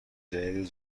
جدید